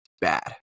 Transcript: bad